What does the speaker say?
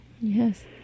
Yes